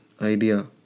idea